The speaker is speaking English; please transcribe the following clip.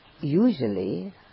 usually